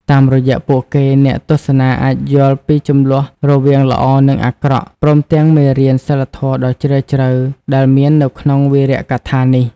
តាមរយៈពួកគេ អ្នកទស្សនាអាចយល់អំពីជម្លោះរវាងល្អ និងអាក្រក់ ព្រមទាំងមេរៀនសីលធម៌ដ៏ជ្រាលជ្រៅដែលមាននៅក្នុងវីរកថានេះ ។